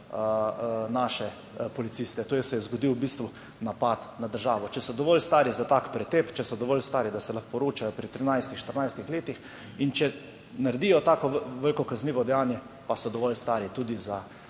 naše policiste. To se je zgodil v bistvu napad na državo. Če so dovolj stari za tak pretep, če so dovolj stari, da se lahko poročajo pri 13., 14. letih, in če naredijo tako veliko kaznivo dejanje, pa so dovolj stari tudi za